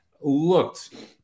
looked